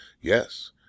yes